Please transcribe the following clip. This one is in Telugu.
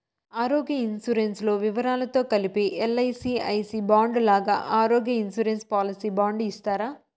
ఆరోగ్య ఇన్సూరెన్సు లో వివరాలతో కలిపి ఎల్.ఐ.సి ఐ సి బాండు లాగా ఆరోగ్య ఇన్సూరెన్సు పాలసీ బాండు ఇస్తారా?